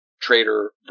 trader